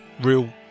real